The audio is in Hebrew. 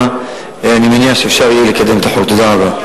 הן לא מעבירות את הכסף לשירותי הכבאות.